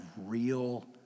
real